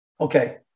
okay